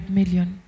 million